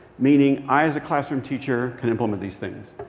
meaning i, as a classroom teacher, can implement these things.